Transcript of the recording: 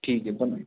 ठीक आहे पण